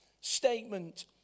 statement